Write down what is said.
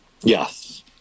Yes